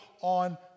on